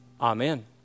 Amen